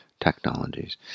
technologies